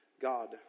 God